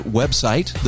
website